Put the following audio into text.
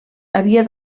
havia